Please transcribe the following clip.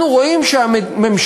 אנחנו רואים שהממשלה,